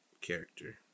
character